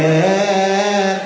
and